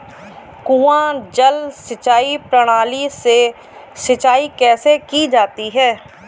कुआँ जल सिंचाई प्रणाली से सिंचाई कैसे की जाती है?